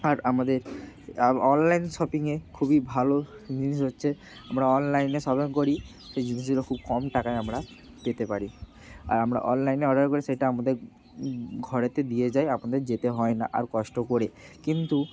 আর আমাদের অনলাইন শপিংয়ে খুবই ভালো জিনিস হচ্ছে আমরা অনলাইনে শপিং করি সেই জিনিসগুলো খুব কম টাকায় আমরা পেতে পারি আর আমরা অনলাইনে অর্ডার করি সেটা আমাদের ঘরেতে দিয়ে যায় আপনাদের যেতে হয় না আর কষ্ট করে কিন্তু